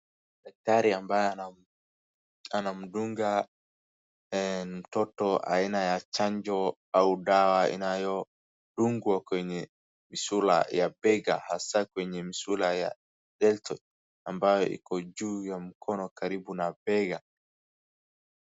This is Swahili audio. Daktari ambaye anamdunga mtoto aina ya chanjo au dawa inayodungwa kwenye sura ya mbega hasa kwenye misuli ya delto ambayo iko juu ya mkono karibu na mbega.